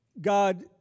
God